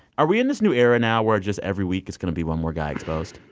are we in this new era now where just every week it's going to be one more guy exposed?